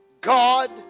God